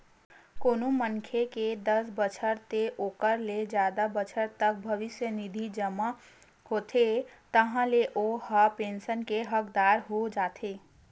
कोनो मनखे के दस बछर ते ओखर ले जादा बछर तक भविस्य निधि जमा होथे ताहाँले ओ ह पेंसन के हकदार हो जाथे